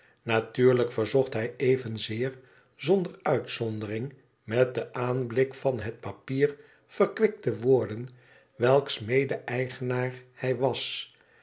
natuurlijk verzocht hij evenzeer zonder uitzondering met den aanblik van het papier verkwikt te worden welks medeëigenaar hij was